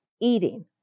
eating